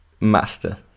master